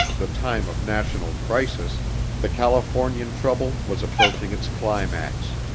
the time of national crisis the californian trouble was approaching its climax.